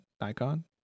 Nikon